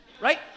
Right